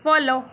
follow